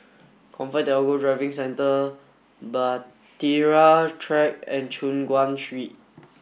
ComfortDelGro Driving Centre Bahtera Track and Choon Guan Street